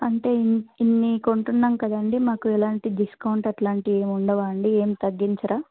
అంటే ఇ ఇన్ని కొంటున్నాం కదండి మాకు ఎలాంటి డిస్కౌంట్ అలాంటివి ఏమి ఉండవాండి ఏం తగ్గించరా